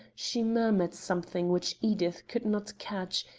she murmured something which edith could not catch,